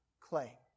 Clay